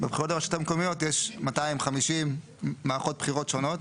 בבחירות המקומיות יש 250 מערכות בחירות שונות.